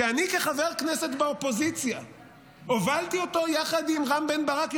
שאני כחבר כנסת באופוזיציה הובלתי אותו יחד עם רם בן ברק,